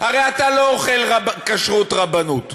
הרי אתה לא אוכל כשרות רבנות,